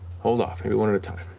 hold off, maybe one at a time.